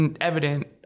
evident